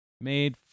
made